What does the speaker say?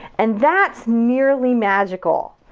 and that's nearly magical.